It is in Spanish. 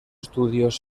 estudios